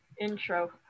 intro